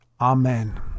Amen